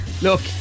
Look